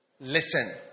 Listen